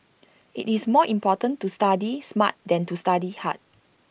IT is more important to study smart than to study hard